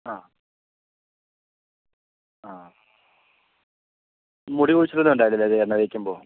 ആ ആ മുടി കൊഴിച്ചൽ എല്ലാം ഉണ്ടാവില്ലേ തലേല് എണ്ണ തേക്കുമ്പോൾ